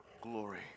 glory